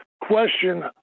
question